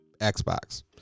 Xbox